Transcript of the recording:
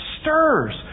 stirs